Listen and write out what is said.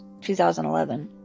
2011